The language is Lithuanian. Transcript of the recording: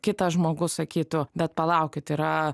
kitas žmogus sakytų bet palaukit yra